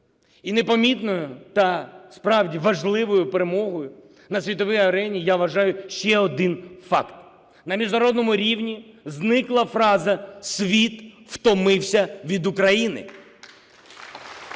І непомітною, та справді важливою, перемогою на світовій арені я вважаю ще один факт: на міжнародному рівні зникла фраза "світ втомився від України".